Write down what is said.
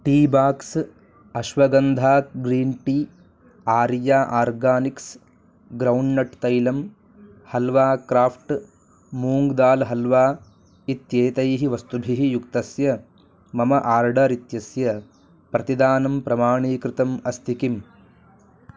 T box ashwagandha green tea Arya organics groundnut तैलम् halwa craft moong dal halwa इत्येतैः वस्तुभिः युक्तस्य मम आर्डर् इत्यस्य प्रतिदानं प्रमाणीकृतम् अस्ति किम्